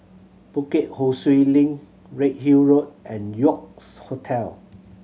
Bukit Ho Swee Link Redhill Road and York S Hotel